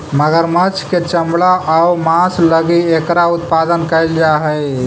मगरमच्छ के चमड़ा आउ मांस लगी एकरा उत्पादन कैल जा हइ